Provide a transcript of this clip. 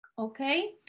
Okay